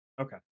Okay